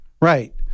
right